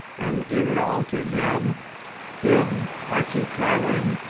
and give it all to him him, archie clavering,